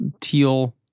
teal